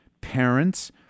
parents